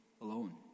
alone